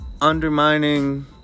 undermining